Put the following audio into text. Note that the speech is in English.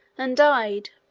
and died.